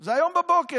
זה מהיום בבוקר.